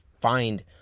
find